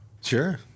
Sure